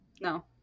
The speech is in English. No